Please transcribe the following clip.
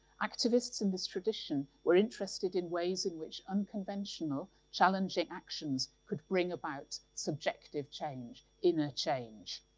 activists in this tradition were interested in ways in which unconventional challenging actions could bring about subjective change, inner change.